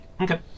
Okay